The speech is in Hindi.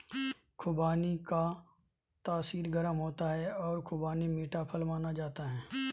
खुबानी का तासीर गर्म होता है और खुबानी मीठा फल माना जाता है